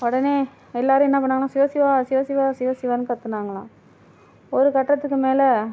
உடனே எல்லாரும் என்ன பண்ணாங்களாம் சிவ சிவா சிவ சிவா சிவ சிவான்னு கத்துனாங்களாம் ஒரு கட்டத்துக்கு மேலே